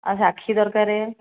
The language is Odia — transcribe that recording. ଆଉ ସାକ୍ଷୀ ଦରକାରେ